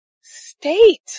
state